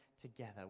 together